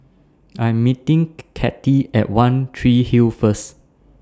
I Am meeting Kathey At one Tree Hill First